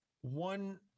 one